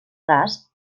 gas